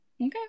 Okay